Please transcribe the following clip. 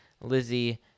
Lizzie